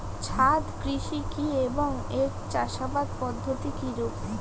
ছাদ কৃষি কী এবং এর চাষাবাদ পদ্ধতি কিরূপ?